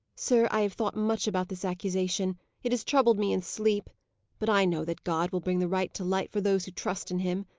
sir, i have thought much about this accusation it has troubled me in sleep but i know that god will bring the right to light for those who trust in him.